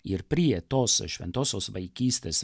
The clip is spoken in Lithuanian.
ir prie tos šventosios vaikystės